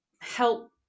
help